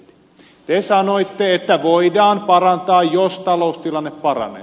te sanoitte että voidaan parantaa jos taloustilanne paranee